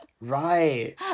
right